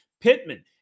Pittman